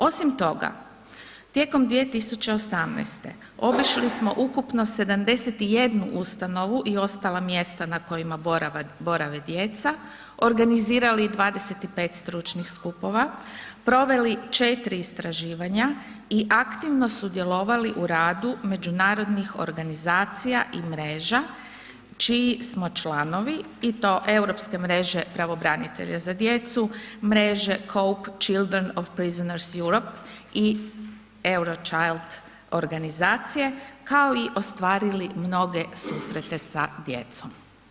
Osim toga, tijekom 2018. obišli smo ukupno 71 ustanovu i ostala mjesta na kojima borave djeca, organizirali 25 stručnih skupova, proveli 4 istraživanja i aktivno sudjelovali u radu međunarodnih organizacija i mreža čiji smo članovi i to Europske mreže pravobranitelja za djecu, mreže COPE – Children of Prisoners Europe i Eurochild organizacije, kao i ostvarili mnoge susrete sa djecom.